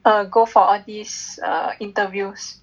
err go for all these err interviews